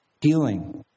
Healing